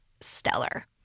stellar